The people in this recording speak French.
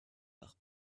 par